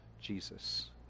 Jesus